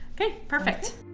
okay, perfect.